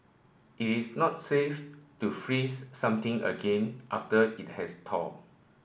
it is not safe to freeze something again after it has thawed